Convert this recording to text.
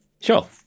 Sure